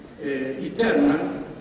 eternal